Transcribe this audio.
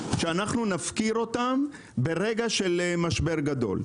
שאנחנו נפקיר אותם ברגעי משבר גדול.